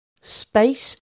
space